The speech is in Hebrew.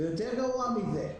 גרוע מזה,